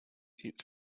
its